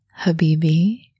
Habibi